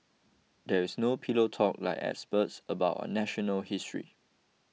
there is no pillow talk like excerpts about our national history